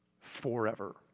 forever